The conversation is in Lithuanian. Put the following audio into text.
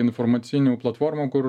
informacinių platformų kur